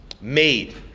made